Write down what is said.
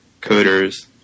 coders